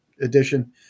edition